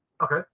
Okay